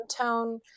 tone